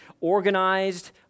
organized